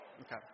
Okay